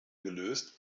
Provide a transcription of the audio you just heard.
gelöst